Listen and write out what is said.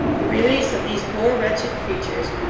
the release of these four wretched creatures,